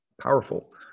powerful